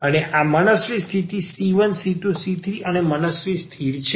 અને આ મનસ્વી સ્થિર c1c2c3 અને મનસ્વી સ્થિર છે